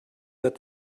that